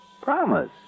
Promise